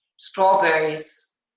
strawberries